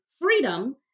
freedom